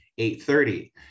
8.30